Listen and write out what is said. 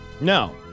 No